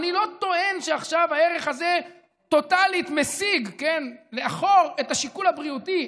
אני לא טוען שעכשיו הערך הזה מסיג לאחור טוטלית את השיקול הבריאותי,